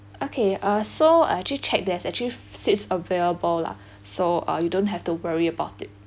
okay uh so I actually check there's actually seats available lah so uh you don't have to worry about it